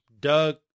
Doug